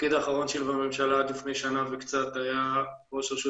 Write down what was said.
התפקיד האחרון שלי בממשלה עד לפני שנה וקצת היה ראש רשות